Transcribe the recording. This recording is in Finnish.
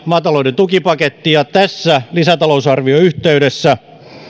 maatalouden tukipaketin ja tässä lisätalousarvion yhteydessä